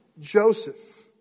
Joseph